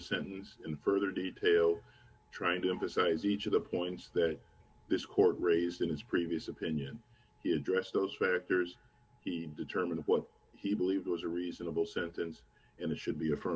sentence in further detail trying to emphasize each of the points that this court raised in his previous opinion he addressed those factors he determined what he believed was a reasonable sentence in the should be a for